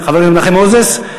חבר הכנסת מנחם מוזס,